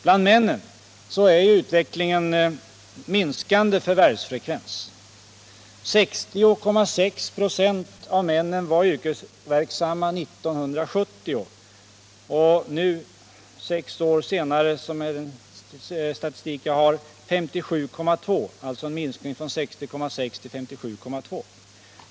För männen innebär utvecklingen minskande förvärvsfrekvens. År 1970 var 60,6 96 av männen yrkesverksamma. Sex år senare hade det enligt den statistik jag har blivit en minskning till 57,2 96.